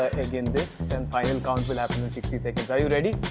egg in this. then final counts will happen in sixty seconds. are you ready?